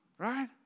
Right